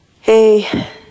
Hey